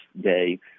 day